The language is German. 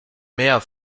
mär